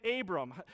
Abram